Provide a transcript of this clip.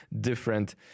different